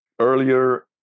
earlier